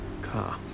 car